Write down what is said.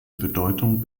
bedeutung